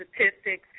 statistics